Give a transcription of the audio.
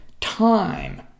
time